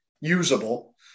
usable